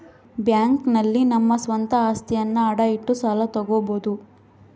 bank ನಲ್ಲಿ ನಮ್ಮ ಸ್ವಂತ ಅಸ್ತಿಯನ್ನ ಅಡ ಇಟ್ಟು ಸಾಲ ತಗೋಬೋದು